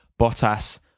Bottas